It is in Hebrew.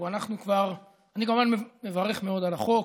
אני כמובן מברך מאוד על החוק,